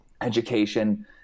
education